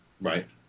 Right